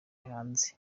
hanze